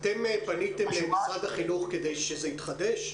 אתם פניתם למשרד החינוך כדי שזה יתחדש?